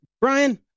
Brian